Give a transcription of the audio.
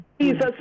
Jesus